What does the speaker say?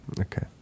Okay